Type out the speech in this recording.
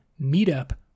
meetup